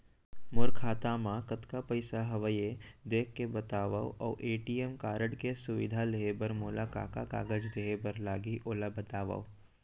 मोर खाता मा कतका पइसा हवये देख के बतावव अऊ ए.टी.एम कारड के सुविधा लेहे बर मोला का का कागज देहे बर लागही ओला बतावव?